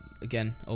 Again